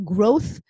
Growth